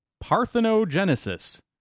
parthenogenesis